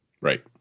Right